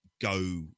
go